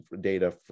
data